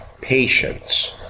Patience